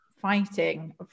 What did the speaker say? fighting